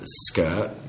skirt